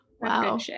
wow